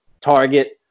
target